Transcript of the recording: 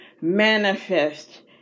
manifest